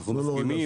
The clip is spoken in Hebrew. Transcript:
אנחנו מסכימים